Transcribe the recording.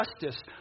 justice